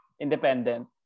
independent